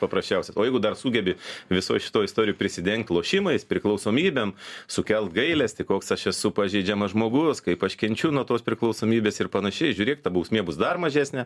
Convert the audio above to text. paprasčiausias o jeigu dar sugebi visoj šitoj istorijoj prisidengti lošimais priklausomybėm sukelt gailestį koks aš esu pažeidžiamas žmogus kaip aš kenčiu nuo tos priklausomybės ir panašiai žiūrėk ta bausmė bus dar mažesnė